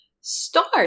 start